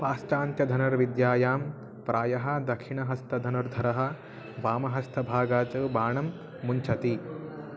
पाश्चात्यधनुर्विद्यायां प्रायः दक्षिणहस्तधनुर्धरः वामहस्तभागात् बाणं मुञ्चति